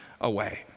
away